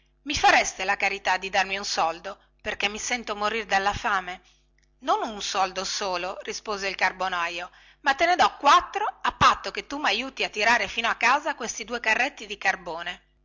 i fareste la carità di darmi un soldo perché mi sento morir dalla fame non un soldo solo rispose il carbonaio ma te ne do quattro a patto che tu maiuti a tirare fino a casa questi due carretti di carbone